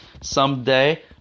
Someday